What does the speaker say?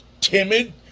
timid